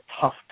tough